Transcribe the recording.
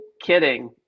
kidding